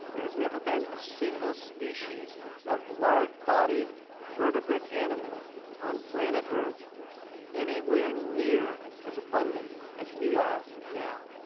there has never been a single species of large-bodied vertebrate animal on planet earth anywhere near as abundant as we are now.